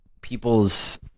people's